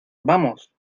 vamos